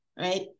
right